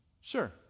Sure